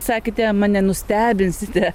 sakėte mane nustebinsite